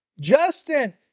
Justin